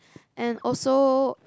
and also